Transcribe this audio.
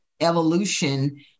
evolution